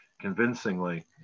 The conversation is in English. convincingly